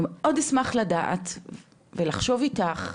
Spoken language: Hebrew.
אני מאוד אשמח לדעת ולחשוב איתך,